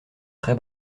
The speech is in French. très